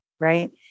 right